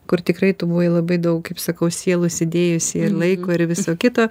kur tikrai tu buvai labai daug kaip sakau sielos įdėjusi ir laiko ir viso kito